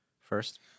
first